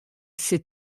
ses